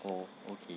oh okay